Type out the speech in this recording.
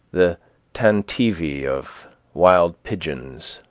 the tantivy of wild pigeons,